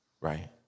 right